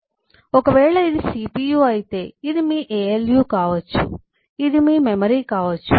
కాబట్టి ఒకవేళ ఇది CPU అయితే ఇది మీ ALU కావచ్చు ఇది మీ మెమరీ కావచ్చు